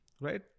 right